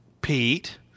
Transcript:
Pete